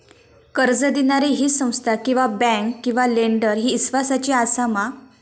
कर्ज दिणारी ही संस्था किवा बँक किवा लेंडर ती इस्वासाची आसा मा?